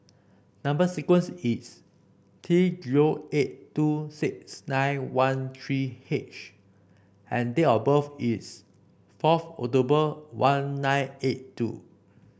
number sequence is T zero eight two six nine one three H and date of birth is fourth October one nine eight two